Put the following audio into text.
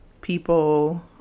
people